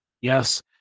Yes